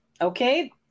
Okay